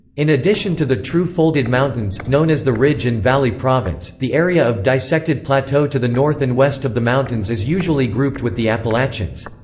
in addition to the true folded mountains, known as the ridge and valley province, the area of dissected plateau to the north and west of the mountains is usually grouped with the appalachians.